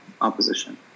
opposition